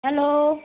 hello